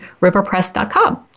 RiverPress.com